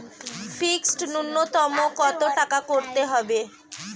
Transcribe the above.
Fixed নুন্যতম কত টাকা করতে হবে?